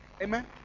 Amen